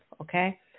Okay